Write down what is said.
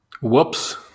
whoops